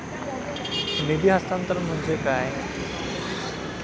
निधी हस्तांतरण म्हणजे काय?